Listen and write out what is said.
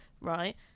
right